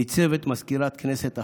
ניצבת מזכירת כנסת אחת,